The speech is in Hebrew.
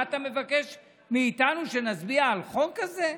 מה אתה מבקש מאיתנו שנצביע על חוק כזה?